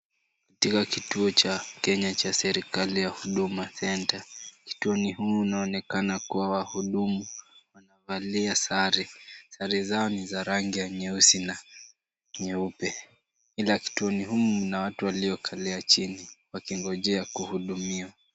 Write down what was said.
Katika kituo cha Kenya cha serikali ya Huduma Centre. Kituoni humu inaonekana kuwa wahudumu wanavalia sare. Sare zao ni za rangi ya nyeusi na nyeupe. Ila kituoni humu mna watu waliokalia chini, wakingojea kuhudumiwa.